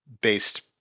based